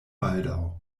baldaŭ